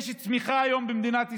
יש צמיחה היום במדינת ישראל.